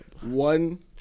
One